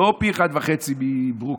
לא פי אחת וחצי מברוקלין.